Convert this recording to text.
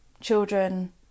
children